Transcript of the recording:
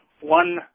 one